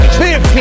15